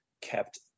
kept